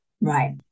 Right